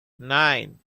nine